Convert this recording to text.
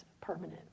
permanent